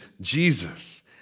Jesus